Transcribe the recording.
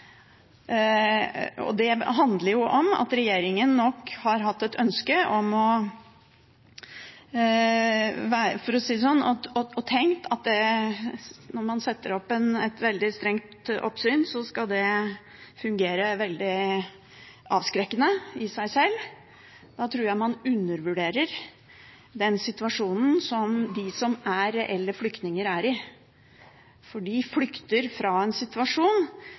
og det handler om at regjeringen nok har tenkt at når man setter opp et veldig strengt oppsyn, skal det fungere veldig avskrekkende i seg sjøl. Da tror jeg man undervurderer den situasjonen som de som er reelle flyktninger, er i, for de flykter fra en situasjon